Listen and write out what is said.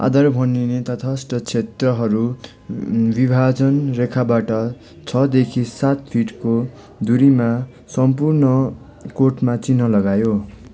आधार भनिने तटस्थ क्षेत्रहरू विभाजन रेखाबाट छदेखि सात फिटको दुरीमा सम्पूर्ण कोटमा चिह्न लगायो